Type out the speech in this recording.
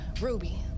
ruby